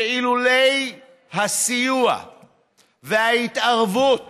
שאילולא הסיוע וההתערבות